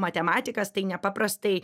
matematikas tai nepaprastai